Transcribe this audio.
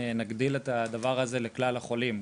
נגדיל את הדבר הזה לכלל החולים.